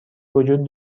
وجود